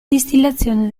distillazione